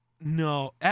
No